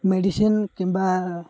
medicine କିମ୍ବା